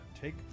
take